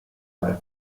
para